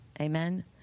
Amen